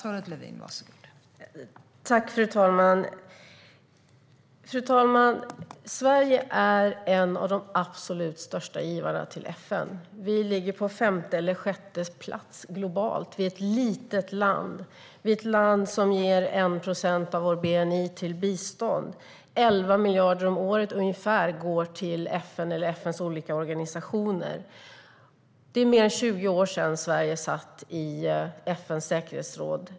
Fru talman! Sverige är en av de absolut största givarna till FN. Vi ligger på femte eller sjätte plats globalt. Vi är ett litet land, och vi ger 1 procent av vår bni till bistånd. 11 miljarder om året går till FN och FN:s olika organisationer. Det är mer än 20 år sedan Sverige satt i FN:s säkerhetsråd.